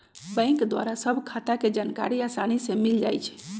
bank द्वारा सभ खता के जानकारी असानी से मिल जाइ छइ